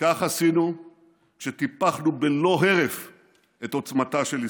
וכך עשינו כשטיפחנו בלא הרף את עוצמתה של ישראל.